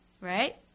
Right